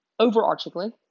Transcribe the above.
Overarchingly